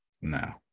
No